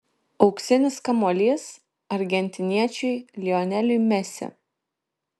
auksinis kamuolys argentiniečiui lioneliui messi